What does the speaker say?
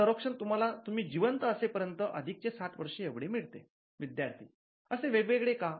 हे संरक्षण तुम्हाला तुम्ही जिवंत असे पर्यंत अधिक चे साठ वर्ष एवढे मिळते विद्यार्थी असे वेगळे वेगळे का